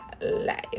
life